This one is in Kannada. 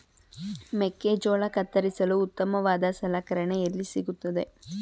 ಮೆಕ್ಕೆಜೋಳ ಕತ್ತರಿಸಲು ಉತ್ತಮವಾದ ಸಲಕರಣೆ ಎಲ್ಲಿ ಸಿಗುತ್ತದೆ?